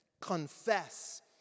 confess